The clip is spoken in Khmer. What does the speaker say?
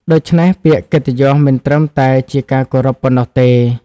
ដូច្នេះ ពាក្យកិត្តិយសមិនត្រឹមតែជាការគោរពប៉ុណ្ណោះទេ។